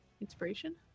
Inspiration